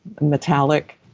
metallic